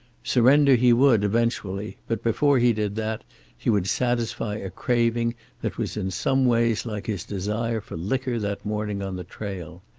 surrender he would, eventually, but before he did that he would satisfy a craving that was in some ways like his desire for liquor that morning on the trail.